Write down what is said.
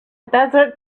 desert